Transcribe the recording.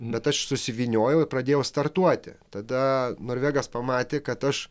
bet aš susivyniojau ir pradėjau startuoti tada norvegas pamatė kad aš